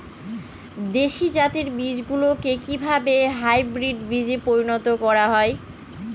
দেশি জাতের বীজগুলিকে কিভাবে হাইব্রিড বীজে পরিণত করা হয়?